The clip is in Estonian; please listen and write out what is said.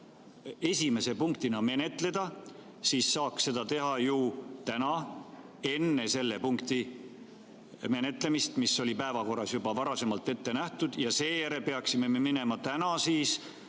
esimese punktina menetleda, siis saaks seda teha ju täna enne selle punkti menetlemist, mis oli päevakorras juba varasemalt ette nähtud, ja seejärel peaksime me minema täna